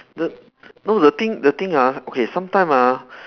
the no the thing the thing ah okay sometimes ah